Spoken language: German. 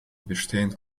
bestehen